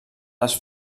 les